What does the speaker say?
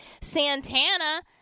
Santana